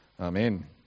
Amen